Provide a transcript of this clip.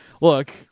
look –